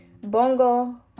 Bongo